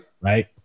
Right